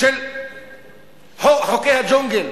של חוקי הג'ונגל,